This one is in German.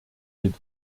mit